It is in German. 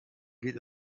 geht